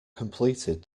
completed